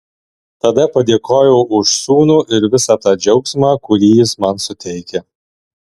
tada padėkojau už sūnų ir visą tą džiaugsmą kurį jis man suteikia